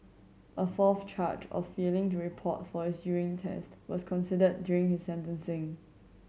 a fourth charge of failing to report for his urine test was considered during his sentencing